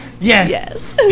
yes